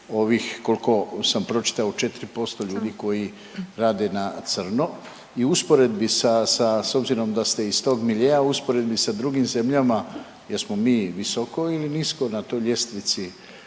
koliko sam pročitao 4% ljudi koji rade na crno? I u usporedbi s obzirom da ste iz tog miljea u usporedbi sa drugim zemljama jesmo mi visoko ili nisko na toj ljestvici